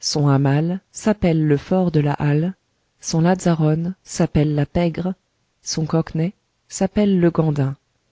son hammal s'appelle le fort de la halle son lazzarone s'appelle la pègre son cockney s'appelle le gandin